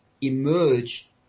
emerge